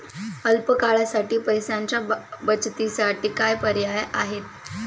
अल्प काळासाठी पैशाच्या बचतीसाठी काय पर्याय आहेत?